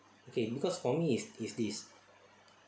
okay because for me is is this